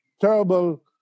terrible